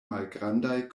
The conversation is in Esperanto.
malgrandaj